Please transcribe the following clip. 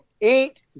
eight